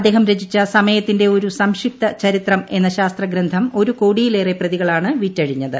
അദ്ദേഹം രചിച്ച സമയത്തിന്റെ ് ഒരു സംക്ഷിപ്ത ചരിത്രം എന്ന ശാസ്ത്രഗ്രന്ഥം ഒരു കോടിയിലേറെ പ്രതികളാണ് വിറ്റഴിഞ്ഞത്